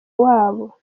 wabo